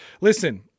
Listen